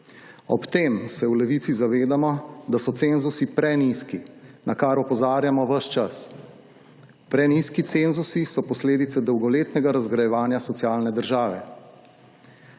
Ob tem se v Levici zavedamo, da so cenzusi prenizki, na kar opozarjamo ves čas. Prenizki cenzusi so posledica dolgoletnega razgrajevanja socialne **19.